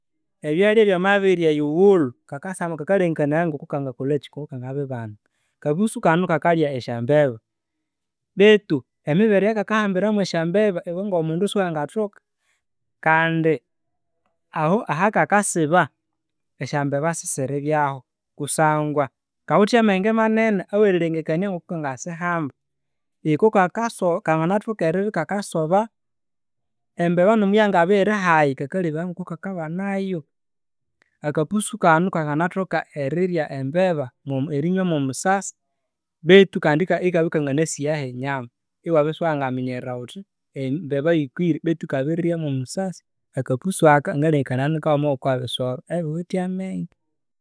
Ebyalya byamabya ibiri eyughulhu kakalengekanaya ngokokanga kolachi, ngoko kangabibana. Akapusu kano kakalya esyambeba beitu emibere eyakakahambira mwe sya mbeba iwe ngo mundu siwanathoka kandi aho aha kakasiba esya mbeba sisiribyaho kuswangwa kawithe amenge manene awerilengekania ngoko kanga sihamba. Iko kakaso kanganathoka eribya ikakasoba. Embeba namuyangabya iyirihayi kakalelbaya ngoko kakabanayo. Akapusu kano kanganathoka erirya embeba erinywa mwo musasi beitu kandi ikabya ikanganasiya he nyama iwabya isiwangaminyerera ghuthi embeba yikwirebeitu ikabirirya mwo musasi. Akapusu kano kawithe amenge manene.